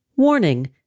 Warning